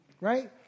right